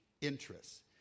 interests